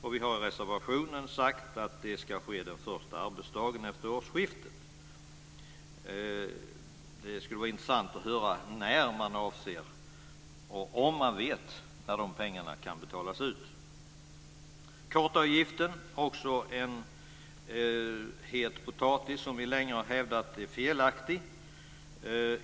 Vi säger i reservationen att det ska ske den första arbetsdagen efter årsskiftet. Det skulle vara intressant att höra när man avser att göra detta och om man vet när de pengarna kan betalas ut. Kartavgiften är också en het potatis. Vi har länge hävdat att avgiften är felaktig.